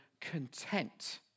content